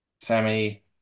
Sammy